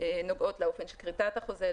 שנוגעות לאופן של כריתת החוזה,